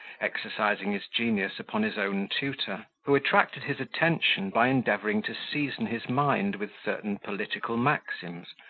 exercising his genius upon his own tutor, who attracted his attention, by endeavouring to season his mind with certain political maxims,